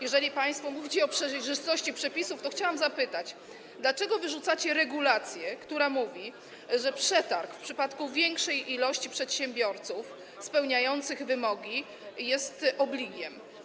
Jeżeli państwo mówicie o przejrzystości przepisów, to chciałam zapytać, dlaczego wyrzucacie regulację, która mówi, że przetarg w przypadku większej ilości przedsiębiorców spełniających wymogi jest obligiem.